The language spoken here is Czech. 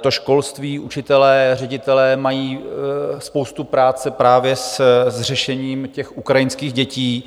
to školství, učitelé, ředitelé mají spoustu práce právě s řešením ukrajinských dětí.